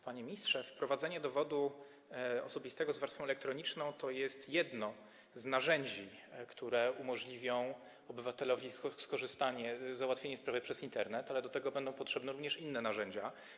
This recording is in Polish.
Panie ministrze, wprowadzenie dowodu osobistego z warstwą elektroniczną to jest jedno z narzędzi, które umożliwi obywatelowi skorzystanie... załatwienie sprawy przez Internet, ale do tego będą potrzebne również inne narzędzia.